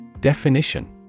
Definition